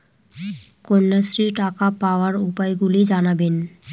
কন্যাশ্রীর টাকা পাওয়ার উপায়গুলি জানাবেন?